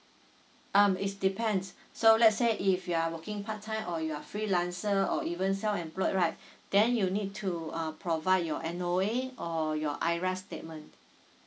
um it's depends so let's say if you are working part time or you are freelancer or even self employed right then you need to uh provide your N_O_A or your IRAS statement